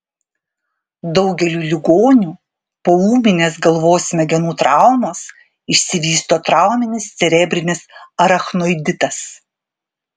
daugeliui ligonių po ūminės galvos smegenų traumos išsivysto trauminis cerebrinis arachnoiditas